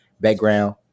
background